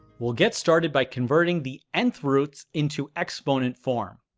we'll get started by converting the nth roots into exponent form.